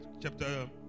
chapter